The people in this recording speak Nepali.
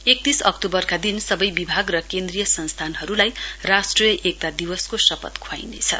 एकतीस अक्टूबरका दिन सबै विभाग र केन्द्रीय संस्थानहरूलाई राष्ट्रिय एकता दिवसको शपथ खुवाइनेछ